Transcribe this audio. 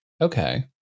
okay